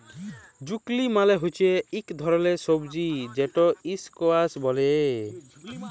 zucchini মালে হচ্যে ইক ধরলের সবজি যেটকে ইসকোয়াস ব্যলে